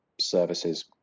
Services